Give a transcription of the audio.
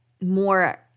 more